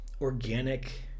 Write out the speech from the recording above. organic